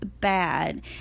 bad